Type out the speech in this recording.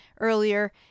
earlier